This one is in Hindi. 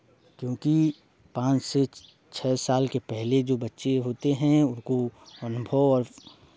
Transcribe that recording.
क्योंकि पाँच से छः साल के पहले जो बच्चे होते हैं उनको अनुभव और